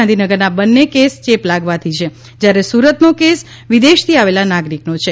ગાંધીનગરના બંને કેસ ચેપ લાગવાથી છે જયારે સુરતનો કેસ વિદેશથી આવેલા નાગરિકનો છે